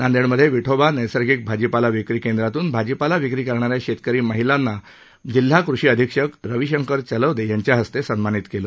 नांदेडमधे विठोबा नैसर्गिक भाजीपाला विक्री केंद्रातून भाजीपाला विक्री करणाऱ्या शेतकरी महिलांना जिल्हा कृषी अधीक्षक रविशंकर चलवदे यांच्या हस्ते सन्मानित केलं